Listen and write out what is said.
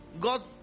God